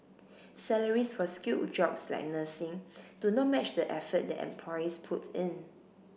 salaries for skilled jobs like nursing do not match the effort that employees put in